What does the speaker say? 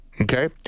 okay